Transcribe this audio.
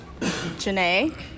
Janae